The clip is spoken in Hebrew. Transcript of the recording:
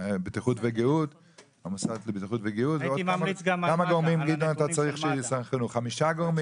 המוסד בטיחות וגהות ועוד כמה גורמים אתה צריך שיסנכרנו חמישה גורמים?